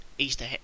Easter